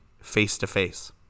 face-to-face